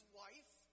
wife